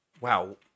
Wow